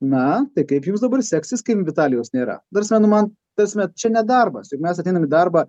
na tai kaip jums dabar seksis kai vitalijaus nėra ta prasme nu man ta prasme čia ne darbas juk mes ateinam į darbą